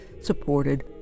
supported